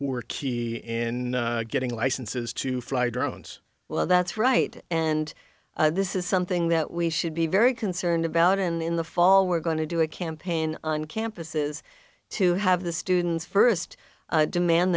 were key in getting licenses to fly drones well that's right and this is something that we should be very concerned about in the fall we're going to do a campaign on campuses to have the students first demand